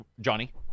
Johnny